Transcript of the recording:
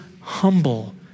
humble